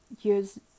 use